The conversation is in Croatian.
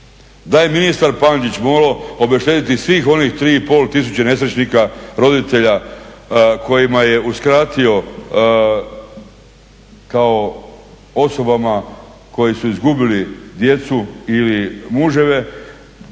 Da je ministar … morao … svih onih 3,5 tisuće nesretnika, roditelja kojima je uskratio kao osobama koje su izgubili djecu ili muževe